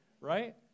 right